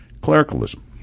Clericalism